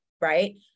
right